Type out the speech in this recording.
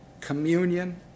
communion